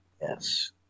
Yes